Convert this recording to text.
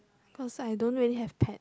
cause I don't really have pet